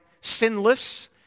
sinless